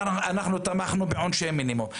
אנחנו תמכנו בעונשי המינימום,